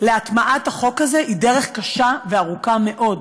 להטמעת החוק הזה היא דרך קשה וארוכה מאוד.